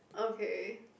okay